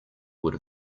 would